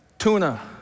Tuna